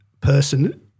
person